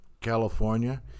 California